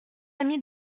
amies